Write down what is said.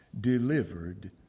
delivered